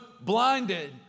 blinded